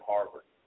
Harvard